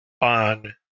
on